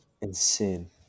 insane